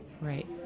Right